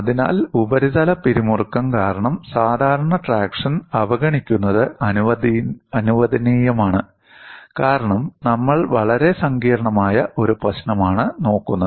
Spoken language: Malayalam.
അതിനാൽ ഉപരിതല പിരിമുറുക്കം കാരണം സാധാരണ ട്രാക്ഷൻ അവഗണിക്കുന്നത് അനുവദനീയമാണ് കാരണം നമ്മൾ വളരെ സങ്കീർണ്ണമായ ഒരു പ്രശ്നമാണ് നോക്കുന്നത്